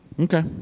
Okay